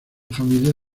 familia